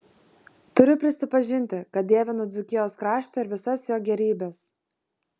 turiu prisipažinti kad dievinu dzūkijos kraštą ir visas jo gėrybes